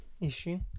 issue